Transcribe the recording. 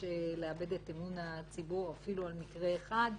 לאבד את אמון הציבור אפילו על מקרה אחד,